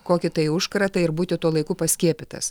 kokį tai užkratą ir būti tuo laiku paskiepytas